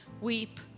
weep